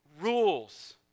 rules